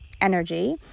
energy